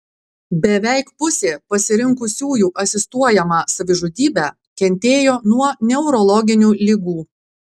beveik pusė pasirinkusiųjų asistuojamą savižudybę kentėjo nuo neurologinių ligų